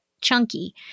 chunky